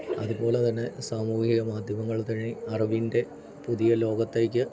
അതുപോലെ തന്നെ സാമൂഹിക മാദ്ധ്യമങ്ങൾ വഴി അറിവിൻ്റെ പുതിയ ലോകത്തേക്ക്